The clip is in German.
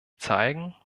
zeigen